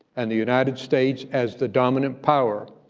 and the united states, as the dominant power,